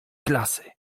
klasy